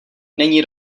není